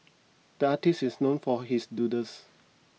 the artist is known for his doodles